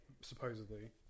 supposedly